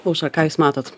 aušra ką jūs matot